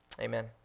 amen